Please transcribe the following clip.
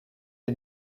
est